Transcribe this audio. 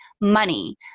money